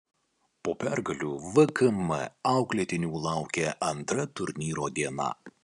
po pergalių vkm auklėtinių laukė antra turnyro diena